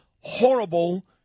horrible